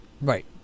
right